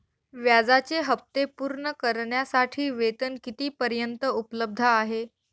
व्याजाचे हप्ते पूर्ण करण्यासाठी वेतन किती पर्यंत उपलब्ध आहे?